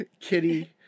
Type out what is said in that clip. Kitty